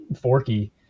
Forky